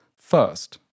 first